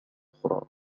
أخرى